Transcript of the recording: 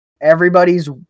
Everybody's